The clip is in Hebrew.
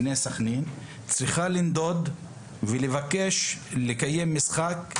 בני סכנין, צריכה לנדוד ולבקש לקיים משחק,